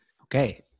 Okay